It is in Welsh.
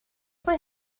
mae